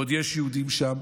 ועוד יש יהודים שם,